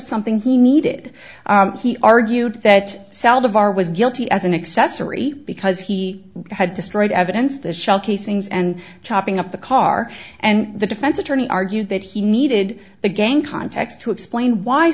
something he needed he argued that sound of our was guilty as an accessory because he had destroyed evidence the shell casings and chopping up the car and the defense attorney argued that he needed the gang context to explain why